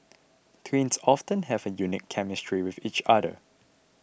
twins often have a unique chemistry with each other